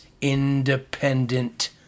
independent